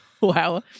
Wow